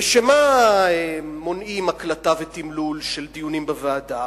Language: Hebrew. לשם מה מונעים הקלטה ותמלול של דיונים בוועדה?